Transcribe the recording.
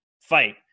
fight